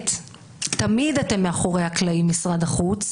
תמיד אתם מאחורי הקלעים, משרד החוץ,